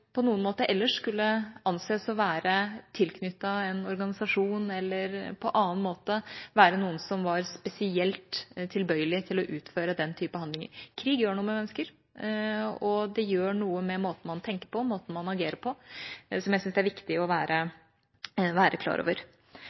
på noen måte ellers skulle anses å være tilknyttet en organisasjon eller på annen måte være noen som var spesielt tilbøyelig til å utføre den type handlinger. Krig gjør noe med mennesker, og det gjør noe med måten man tenker på, måten man agerer på, som jeg syns det er viktig å være klar over.